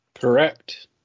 Correct